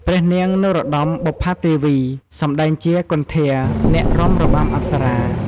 ព្រះនាង នរោត្តម បុប្ផាទេវី សម្តែងជា គន្ធា អ្នករាំរបាំអប្សរា។